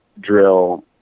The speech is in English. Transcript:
drill